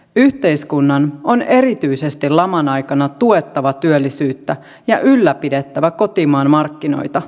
yhteiskunnan on erityisesti laman aikana tuettava työllisyyttä ja ylläpidettävä kotimaan markkinoita